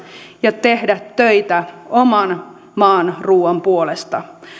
ja tehdä töitä oman maan ruuan puolesta